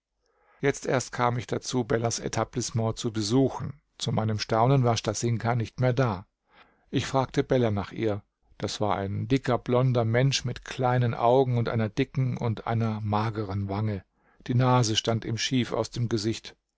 jetzt erst kam ich dazu bellers etablissement zu besuchen zu meinem staunen war stasinka nicht mehr da ich fragte beller nach ihr das war ein dicker blonder mensch mit kleinen augen und einer dicken und einer mageren wange die nase stand ihm schief aus dem gesicht